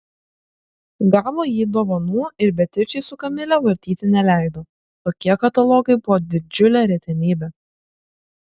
gavo jį dovanų ir beatričei su kamile vartyti neleido tokie katalogai buvo didžiulė retenybė